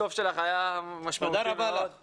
הסוף שלך היה משמעותי מאוד.